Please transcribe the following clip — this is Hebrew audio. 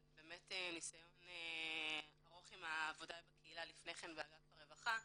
אבל יש לנו ניסיון ארוך עם העבודה בקהילה באגף הרווחה.